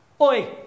oi